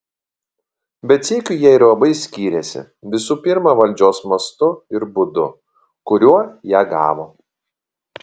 bet sykiu jie ir labai skyrėsi visų pirma valdžios mastu ir būdu kuriuo ją gavo